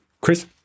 Chris